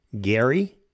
Gary